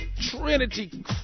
Trinity